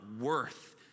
worth